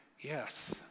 yes